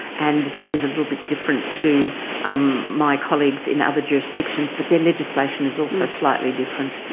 and that is a little bit different to um my colleagues in other jurisdictions but their legislation is also slightly different.